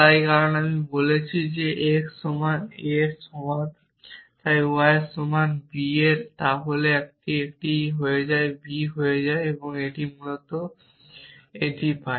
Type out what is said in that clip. তাই কারণ আমি বলছি x সমান a এর সমান এবং y সমান b এর তাহলে এটি একটি হয়ে যায় b হয়ে যায় এবং আমি মূলত এটি পাই